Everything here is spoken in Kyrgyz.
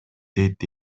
дейт